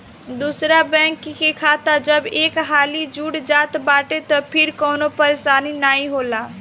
दूसरा बैंक के खाता जब एक हाली जुड़ जात बाटे तअ फिर कवनो परेशानी नाइ होला